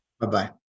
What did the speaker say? Bye-bye